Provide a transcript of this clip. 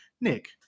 Nick